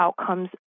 outcomes